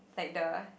like the